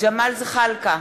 ג'מאל זחאלקה,